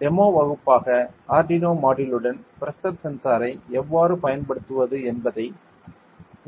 demo வகுப்பாக Arduino மாட்யூலுடன் pressure சென்சாரை எவ்வாறு பயன்படுத்துவது என்பதை